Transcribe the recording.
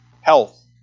health